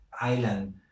island